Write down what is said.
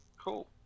Cool